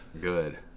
Good